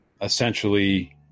essentially